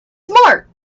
smart